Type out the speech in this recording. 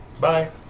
bye